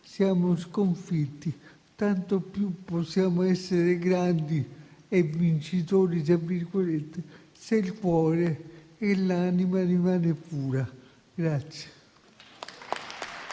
siamo sconfitti, tanto più possiamo essere grandi e "vincitori", se il cuore e l'anima rimangono puri.